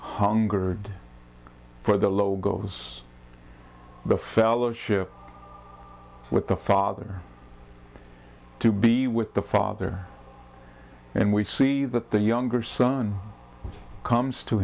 hungered for the logos the fellowship with the father to be with the father and we see that the younger son comes to